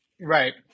right